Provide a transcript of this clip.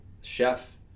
chef